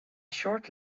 short